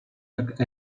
jak